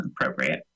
Appropriate